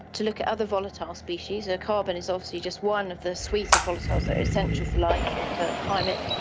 to look at other volatile species. so ah carbon is obviously just one of the suite of volatiles that are essential for life and for climate,